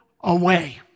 away